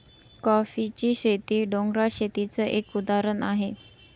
कॉफीची शेती, डोंगराळ शेतीच एक उदाहरण आहे